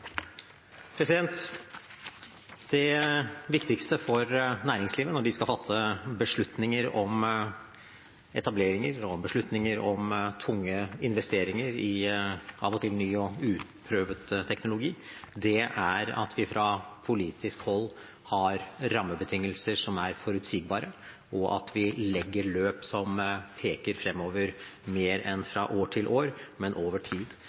Det viktigste for næringslivet når de skal fatte beslutninger om etableringer og tunge investeringer i av og til ny og uprøvet teknologi, er at vi fra politisk hold har rammebetingelser som er forutsigbare, og at vi legger løp som peker fremover mer enn fra år til år, men over tid.